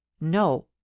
no